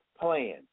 plan